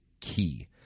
key